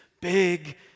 big